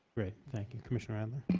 great. thank you. commissioner adler?